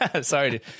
Sorry